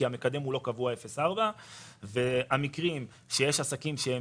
המקדם הוא לא קבוע 0.4. יש מקרים של עסקים שהם